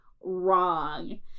wrong